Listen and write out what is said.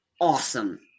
Awesome